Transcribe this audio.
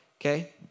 okay